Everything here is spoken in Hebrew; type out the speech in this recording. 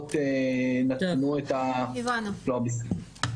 הנפגעות נתנו את הסכמתן.